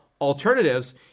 alternatives